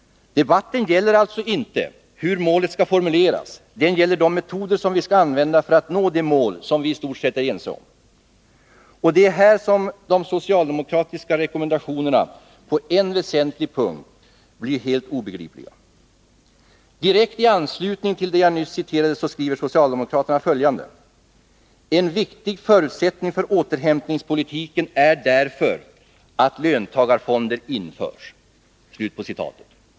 Debatten gäller alltså inte hur målet skall formuleras. Den gäller de metoder vi skall använda för att nå de mål som vi istort sett är ense om. Det är här som de socialdemokratiska rekommendationerna på en väsentlig punkt blir helt obegripliga. I direkt anslutning till det jag nyss citerade skriver socialdemokraternas följande: ”En viktig förutsättning för återhämtningspolitiken är därför att löntagarfonder införs ——-".